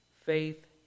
faith